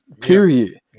period